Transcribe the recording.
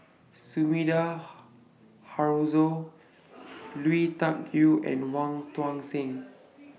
Sumida Haruzo Lui Tuck Yew and Wong Tuang Seng